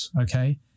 okay